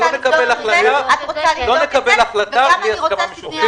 אני צריכה לבדוק את זה.